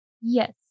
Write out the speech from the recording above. Yes